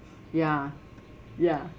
ya ya